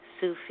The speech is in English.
Sufi